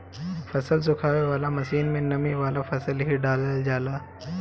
फसल सुखावे वाला मशीन में नमी वाला फसल ही डालल जाला